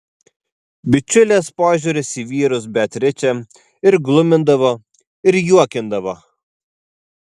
bičiulės požiūris į vyrus beatričę ir glumindavo ir juokindavo